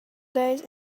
days